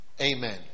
Amen